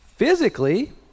physically